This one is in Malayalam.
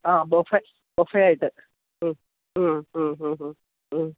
ആ ബൊഫേ ബൊഫേ ആയിട്ട് മ്മ് മ്മ് മ്മ് ഹമ്മ് ഹമ്മ് മ്മ്